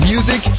Music